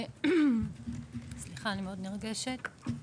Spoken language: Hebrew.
סליחה, אני מאוד נרגשת.